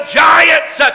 giants